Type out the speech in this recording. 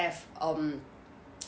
um